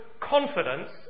confidence